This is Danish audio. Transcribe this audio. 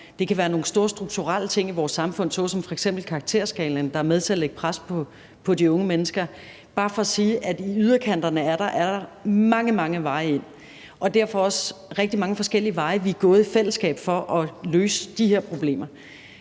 det kan være nogle store strukturelle ting i vores samfund såsom karakterskalaen, der er med til at lægge pres på de unge mennesker. Det er bare for at sige, at i yderkanterne er der mange, mange veje ind og derfor også rigtig mange forskellige veje, vi er gået i fællesskab for at løse de her problemer.